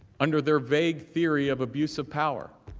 under their bait theory of abuse of power